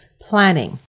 planning